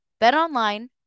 BetOnline